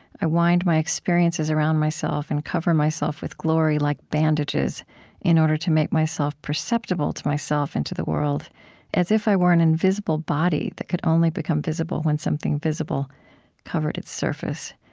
i wind my experiences around myself and cover myself with glory like bandages in order to make myself perceptible to myself and to the world as if i were an invisible body that could only become visible when something visible covered its surface.